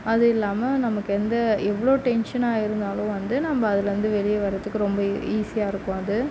அது இல்லாமல் நமக்கு எந்த எவ்வளோ டென்ஷன்னாக இருந்தாலும் வந்து நம்ம அதுலேந்து வெளியே வரதுக்கு ரொம்ப ஈஸியாக இருக்கும் அது